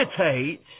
imitate